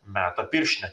meta pirštinę